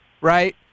right